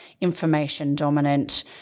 information-dominant